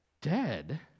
dead